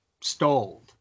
stalled